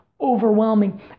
overwhelming